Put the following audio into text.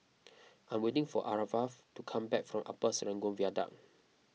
I am waiting for Aarav to come back from Upper Serangoon Viaduct